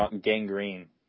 Gangrene